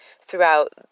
throughout